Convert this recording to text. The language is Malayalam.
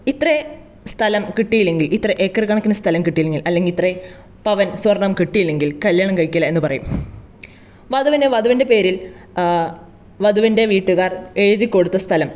ഇത്രയും സ്ഥലം കിട്ടിയില്ലെങ്കിൽ ഇത്രയും ഏക്കർ കണക്കിന് സ്ഥലം കിട്ടിയില്ലെങ്കിൽ അല്ലെങ്കിൽ ഇത്രയും പവൻ സ്വർണ്ണം കിട്ടിയില്ലെങ്കിൽ കല്യാണം കഴിക്കില്ല എന്നു പറയും വധുവിന് വധുവിൻറ്റെ പേരിൽ വീട്ടുകാർ എഴുതിക്കൊടുത്ത സ്ഥലം